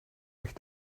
euch